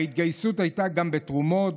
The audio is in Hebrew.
וההתגייסות הייתה גם בתרומות,